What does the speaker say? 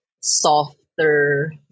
softer